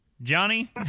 Johnny